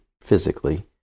physically